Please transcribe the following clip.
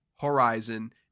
Horizon